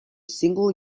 single